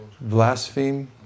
Blaspheme